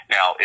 Now